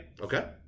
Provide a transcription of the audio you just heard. Okay